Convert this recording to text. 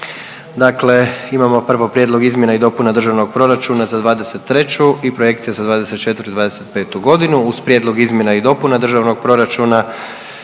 Dakle, imamo prvo: - Prijedlog izmjena i dopuna Državnog proračuna Republike Hrvatske za 2023. godinu i projekcija za 2024. i 2025. godinu; Uz Prijedlog izmjena i dopuna Državnog proračuna